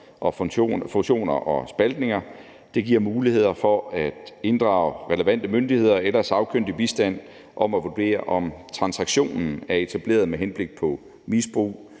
fusioner og spaltninger, og det giver mulighed for at inddrage relevante myndigheder eller sagkyndig bistand for at vurdere, om transaktionen er etableret med henblik på misbrug,